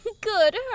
good